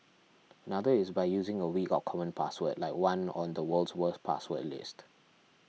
another is by using a weak or common password like one on the world's worst password list